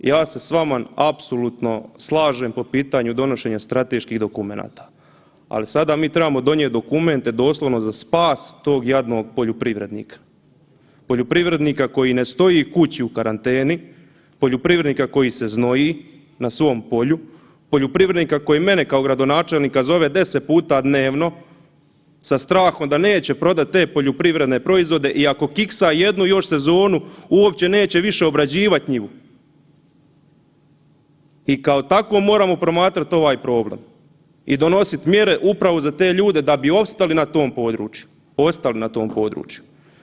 Ja se s vama apsolutno slažem po pitanju donošenja strateških dokumenata, ali sada mi trebamo donijeti dokumente doslovno za spas tog jadnog poljoprivrednika, poljoprivrednika koji ne stoji u kući u karanteni, poljoprivrednika koji se znoji na svom polju, poljoprivrednika koji mene zove kao gradonačelnika zove deset puta dnevno sa strahom da neće prodati te poljoprivredne proizvode i ako kiksa jednu još sezonu uopće neće obrađivat njivu i kao takvo moramo promatrati ovaj program i donositi mjere upravo za te ljude da bi opstali na tom području, ostali na tom području.